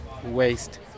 waste